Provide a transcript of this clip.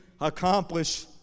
accomplish